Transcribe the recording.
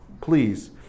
Please